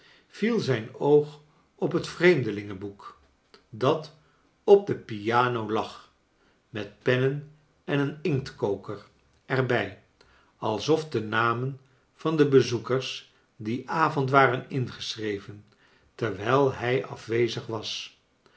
viel zijn oog op het vreemdelingenboek dat op de piano lag met pennen en een inktkoker er bij als of de namen van de bezoekers dien avond war en ingeschreven terwijl hij afwezig was